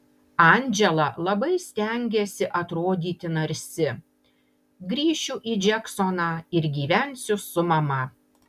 andžela labai stengiasi atrodyti narsi grįšiu į džeksoną ir gyvensiu su mama